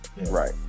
Right